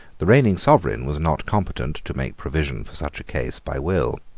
the reigning sovereign was not competent to make provision for such a case by will.